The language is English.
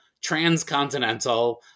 transcontinental